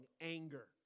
anger